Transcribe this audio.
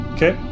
Okay